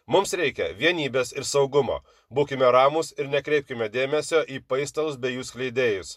mums reikia vienybės ir saugumo būkime ramūs ir nekreipkime dėmesio į paistalus bei jų skleidėjus